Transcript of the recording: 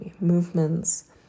movements